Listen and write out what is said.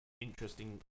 Interesting